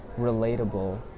relatable